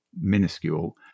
minuscule